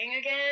again